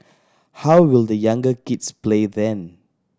how will the younger kids play then